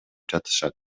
жатышат